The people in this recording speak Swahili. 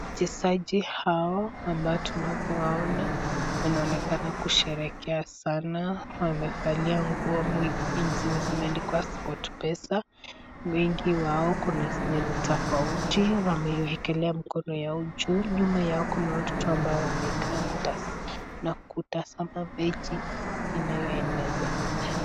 Wachezaji hawa ambao tunavyowaona wanaonekana kusherehekea sana. Wamevalia nguo nyingi zenye zimeandikwa Sportpesa. Wengi wao kuna zenye ni tofauti. Wameiwekelea mikono yao juu. Nyuma yao kuna watoto ambao na kutazama mechi inayoendelea.